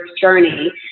journey